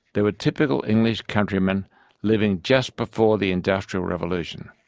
they were typical english countrymen living just before the industrial revolution.